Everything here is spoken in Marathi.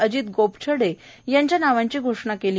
अजित गोपछडे यांच्या नावांची घोषणा केली